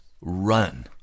run